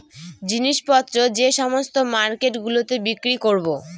জিনিস পত্র যে সমস্ত মার্কেট গুলোতে বিক্রি করবো